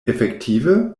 efektive